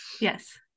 Yes